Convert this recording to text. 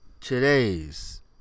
Today's